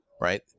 Right